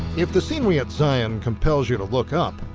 if the scenery at zion compels you to look up,